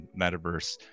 Metaverse